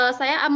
saya